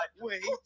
Wait